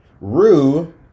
rue